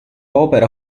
opera